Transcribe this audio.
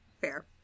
Fair